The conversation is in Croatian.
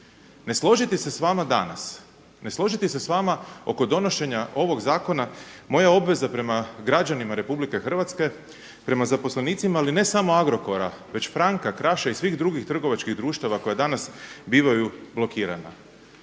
Ne složiti se sa vama danas, ne složiti se sa vama oko donošenja ovog zakona moja je obveza prema građanima Republike Hrvatske, prema zaposlenicima, ali ne samo Agrokora već Franka, Kraša i svih drugih trgovačkih društava koja danas bivaju blokirana.